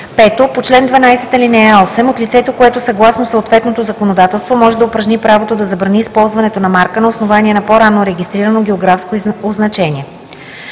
5. по чл. 12, ал. 8 – от лицето, което съгласно съответното законодателство може да упражни правото да забрани използването на марка на основание на по-ранно регистрирано географско означение.